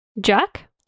Jack